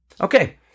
Okay